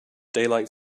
daylight